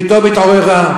פתאום התעוררה,